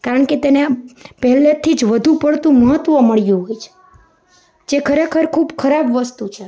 કારણ કે તેને આ પહેલેથી જ વધુ પડતું મહત્વ મળ્યું હોય છે જે ખરેખર ખૂબ ખરાબ વસ્તુ છે